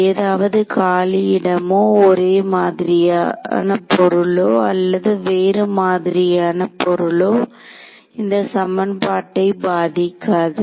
ஏதாவது காலி இடமோ ஒரே மாதிரியான பொருளோ அல்லது வேறு மாதிரியான பொருளோ இந்த சமன்பாட்டை பாதிக்காது